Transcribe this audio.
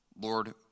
Lord